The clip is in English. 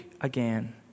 again